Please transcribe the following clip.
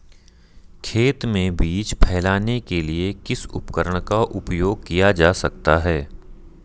खेत में बीज फैलाने के लिए किस उपकरण का उपयोग किया जा सकता है?